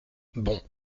bon